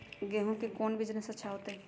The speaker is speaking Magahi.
गेंहू के कौन बिजनेस अच्छा होतई?